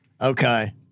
okay